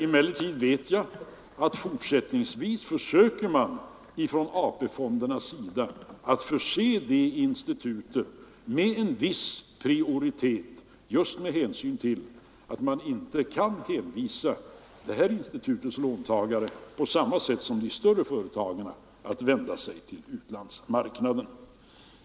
Emellertid vet jag att man från AP-fondernas sida fortsättningsvis försöker att förse dessa institut med en viss prioritet just med hänsyn till att man inte kan hänvisa dessa instituts låntagare, på samma sätt som de större företagen, att vända sig till utlandsmarknaden.